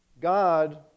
God